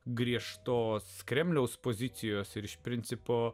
griežtos kremliaus pozicijos ir iš principo